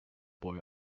boy